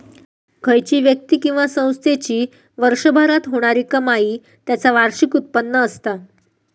खयची व्यक्ती किंवा संस्थेची वर्षभरात होणारी कमाई त्याचा वार्षिक उत्पन्न असता